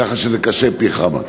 ככה שזה קשה פי-כמה.